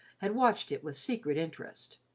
had watched it with secret interest.